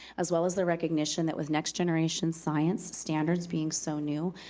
as well as the recognition that with next generation science standards being so new,